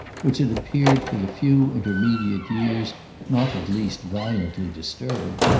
which had appeared for the few intermediate years not at least violently disturbed.